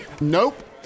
Nope